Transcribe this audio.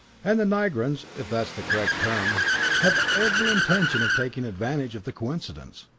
and the nigrans if that's the correct term have every intention of taking advantage of the coincidence.